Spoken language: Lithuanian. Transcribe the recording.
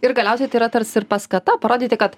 ir galiausiai tai yra tarsi paskata parodyti kad